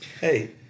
hey